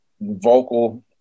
vocal